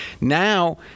Now